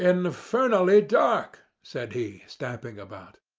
infernally dark said he, stamping about.